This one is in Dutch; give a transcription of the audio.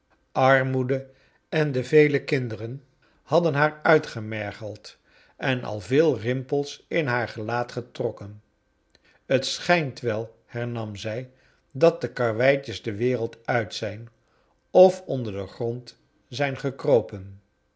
armoede en de vele kinderen had'den haar uitgemergeld en al veel rimpels in haar gelaat getrokken het schijnt wel hcrnam zij dat de karweitjes de wereld uit zijn of onder den grond zijn gekropen